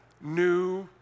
new